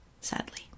sadly